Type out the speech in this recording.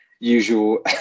Usual